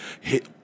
hit